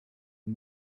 and